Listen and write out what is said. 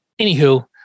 anywho